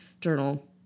Journal